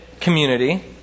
community